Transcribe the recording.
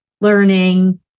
learning